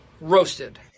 Roasted